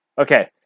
Okay